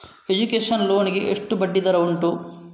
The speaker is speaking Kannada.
ಎಜುಕೇಶನ್ ಲೋನ್ ಗೆ ಎಷ್ಟು ಬಡ್ಡಿ ದರ ಉಂಟು?